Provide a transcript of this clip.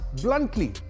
bluntly